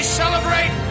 celebrate